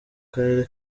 karere